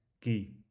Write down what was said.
key